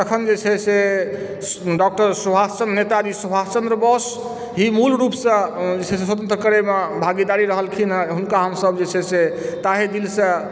तखन जे छै से डॉक्टर सुभाष चन्द्र नेताजी सुभाष चन्द्र बोस ही मूल रूपसँ जे छै से स्वतंत्र करयमे भागीदारी रहलखिन हँ हुनका हमसभ जे छै से तहे दिलसँ